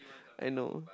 I know